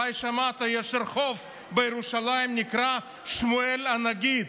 אולי שמעת, יש רחוב בירושלים הנקרא שמואל הנגיד,